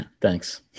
thanks